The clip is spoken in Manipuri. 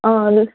ꯑꯥ